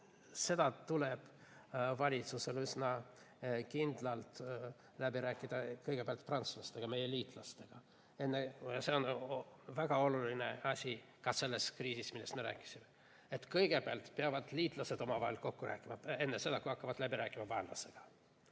seda tuleb valitsusel üsna kindlalt läbi rääkida kõigepealt prantslastega, meie liitlastega. See on väga oluline asi ka selles kriisis, millest me rääkisime, et kõigepealt peavad liitlased omavahel kokku rääkima, enne seda, kui nad hakkavad läbi rääkima vaenlasega.